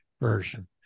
version